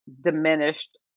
diminished